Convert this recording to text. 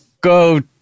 go